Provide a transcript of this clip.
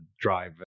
drive